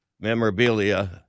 memorabilia